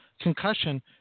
concussion